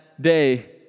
day